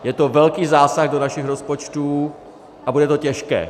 Je to velký zásah do našich rozpočtů a bude to těžké.